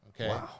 okay